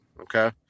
okay